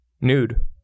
nude